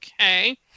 Okay